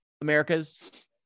America's